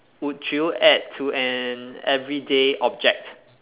would you add to an everyday object